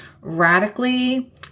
radically